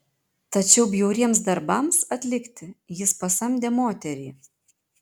tačiau bjauriems darbams atlikti jis pasamdė moterį